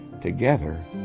Together